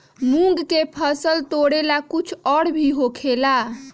मूंग के फसल तोरेला कुछ और भी होखेला?